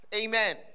Amen